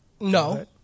No